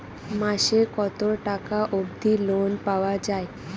মাসে কত টাকা অবধি লোন পাওয়া য়ায়?